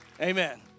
Amen